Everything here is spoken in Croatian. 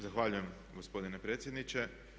Zahvaljujem gospodine predsjedniče.